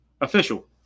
official